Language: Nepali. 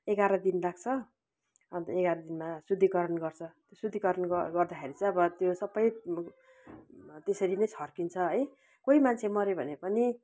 एघार दिन लाग्छ अन्त एघार दिनमा शुद्धीकरण गर्छ शुद्धीकरण गर्दाखेरि चाहिँ अब त्यो सबै त्यसरी नै छर्किन्छ है कोही मान्छे मऱ्यो भने पनि